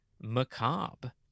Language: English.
Macabre